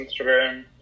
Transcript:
Instagram